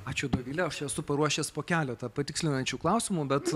ačiū dovile aš esu paruošęs po keletą patikslinančių klausimų bet